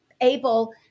able